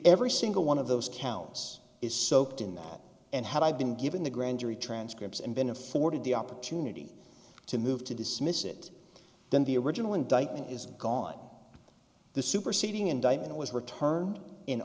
every single one of those counts is soaked in that and had i been given the grand jury transcripts and been afforded the opportunity to move to dismiss it then the original indictment is gone the superseding indictment was returned in